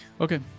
Okay